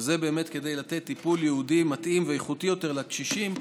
וזה באמת כדי לתת טיפול ייעודי מתאים ואיכותי יותר לקשישים,